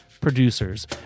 producers